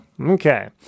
Okay